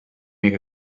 make